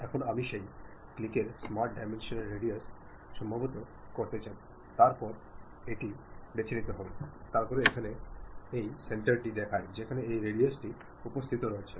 এখন আমি সেই ক্লিকের স্মার্ট ডাইমেনশনটির রাডিউস সমন্বয় করতে চাই তারপরে এটি বেছে নেব তারপরে এখানে এই সেন্টারটি দেখায় যেখানে এই রেডিয়াস টি উপস্থিত রয়েছে